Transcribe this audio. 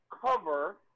cover